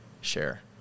share